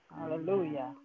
Hallelujah